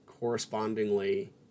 correspondingly